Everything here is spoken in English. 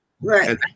right